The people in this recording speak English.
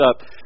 up